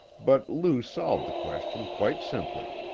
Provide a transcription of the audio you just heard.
but lou solved the question quite simply.